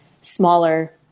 smaller